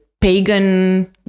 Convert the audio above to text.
pagan